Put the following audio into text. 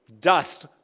Dust